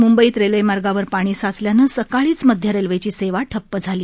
मुंबईत रेल्वेमार्गावर पाणी साचल्यानं सकाळीच मध्यरेल्वेची सेवा ठप्प झाली